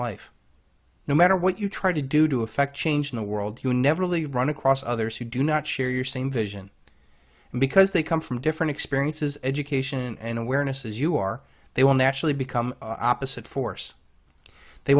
life no matter what you try to do to affect change in the world you never really run across others who do not share your same vision and because they come from different experiences education and awareness as you are they will naturally become opposite force they